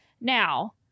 now